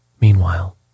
Meanwhile